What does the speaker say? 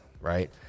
right